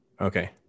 Okay